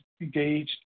engaged